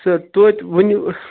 سر توتہِ ؤنِو